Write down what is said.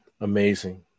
Amazing